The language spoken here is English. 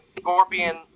Scorpion